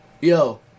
yo